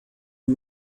you